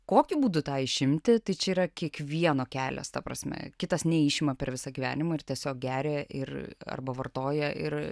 kokiu būdu tą išimti tai čia yra kiekvieno kelias ta prasme kitas neišima per visą gyvenimą ir tiesiog geria ir arba vartoja ir